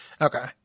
Okay